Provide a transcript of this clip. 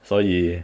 所以